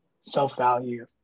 self-value